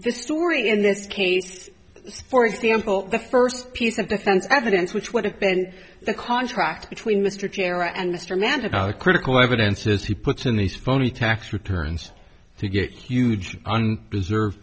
the story in this case for example the first piece of defense evidence which would have been the contract between mr jenner and mr manning critical evidence is he puts in these phony tax returns to get huge reserve